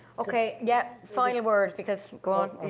okay, yeah, final word, because go on.